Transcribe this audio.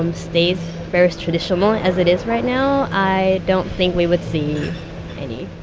um stays very traditional, as it is right now, i don't think we would see any